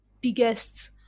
biggest